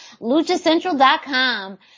LuchaCentral.com